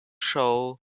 show